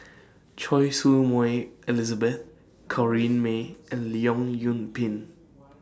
Choy Su Moi Elizabeth Corrinne May and Leong Yoon Pin